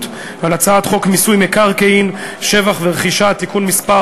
על הצעת חוק מיסוי מקרקעין (שבח ורכישה) (תיקון מס'